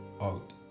out